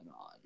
on